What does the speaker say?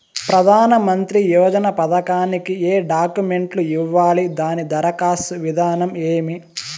ప్రధానమంత్రి యోజన పథకానికి ఏ డాక్యుమెంట్లు ఇవ్వాలి దాని దరఖాస్తు విధానం ఏమి